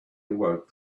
awoke